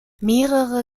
mehrere